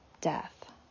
death